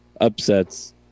upsets